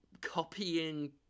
copying